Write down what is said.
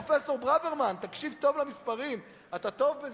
פרופסור ברוורמן, תקשיב טוב למספרים, אתה טוב בזה.